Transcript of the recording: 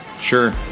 Sure